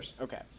Okay